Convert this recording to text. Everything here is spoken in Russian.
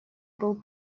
был